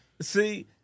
See